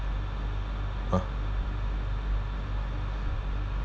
!huh!